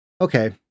okay